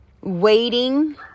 waiting